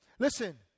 Listen